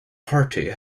party